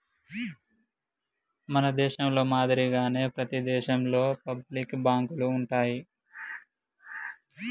మన దేశంలో మాదిరిగానే ప్రతి దేశంలోను పబ్లిక్ బాంకులు ఉంటాయి